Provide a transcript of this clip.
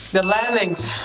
the landings!